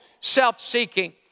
Self-seeking